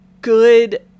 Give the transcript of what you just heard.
good